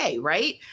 right